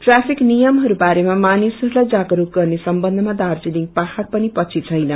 traffic नियमहरू बारेमा मानिसहरूलाई जागरूक ने सम्बन्धमा दार्जीलिङ पहाड़ पनि पछि छैन